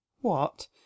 What